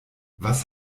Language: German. was